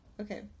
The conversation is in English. Okay